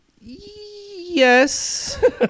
Yes